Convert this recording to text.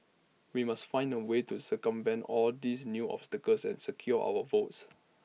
we must find A way to circumvent all these new obstacles and secure our votes